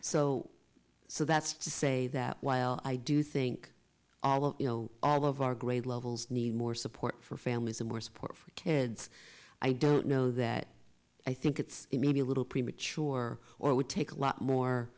so so that's to say that while i do think all of you know all of our grade levels need more support for families and more support for kids i don't know that i think it's maybe a little premature or it would take a lot more